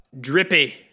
Drippy